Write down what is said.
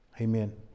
Amen